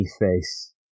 face